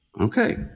Okay